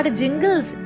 jingles